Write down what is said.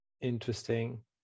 interesting